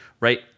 right